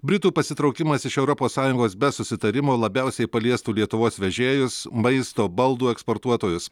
britų pasitraukimas iš europos sąjungos be susitarimo labiausiai paliestų lietuvos vežėjus maisto baldų eksportuotojus